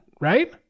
right